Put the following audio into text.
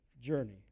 journey